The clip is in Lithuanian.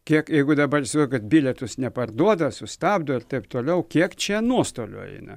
kiek jeigu dabar įsivaizduoju kad bilietus neparduoda sustabdo ir taip toliau kiek čia nuostolių eina